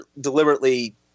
deliberately